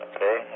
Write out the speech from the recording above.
Okay